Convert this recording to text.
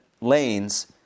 lanes